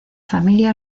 familia